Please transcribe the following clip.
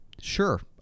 sure